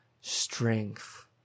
strength